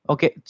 Okay